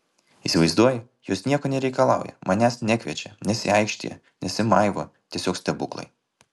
įsivaizduoji jos nieko nereikalauja manęs nekviečia nesiaikštija nesimaivo tiesiog stebuklai